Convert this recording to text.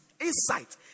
insight